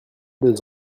deux